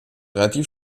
relativ